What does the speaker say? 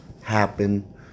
happen